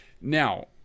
Now